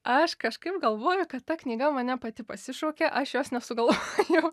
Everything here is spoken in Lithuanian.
aš kažkaip galvoju kad ta knyga mane pati pasišaukė aš jos nesugalvojau